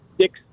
six